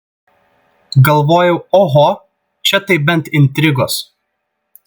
galvojau oho čia tai bent intrigos